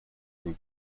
can